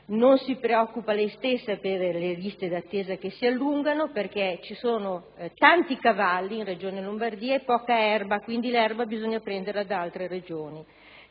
non si preoccupa per le liste d'attesa che si allungano, perché ci sono tanti cavalli in regione Lombardia e poca erba, quindi l'erba bisogna prenderla da altre Regioni.